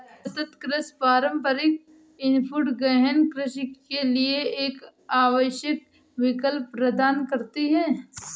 सतत कृषि पारंपरिक इनपुट गहन कृषि के लिए एक आवश्यक विकल्प प्रदान करती है